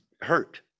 hurt